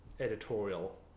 Editorial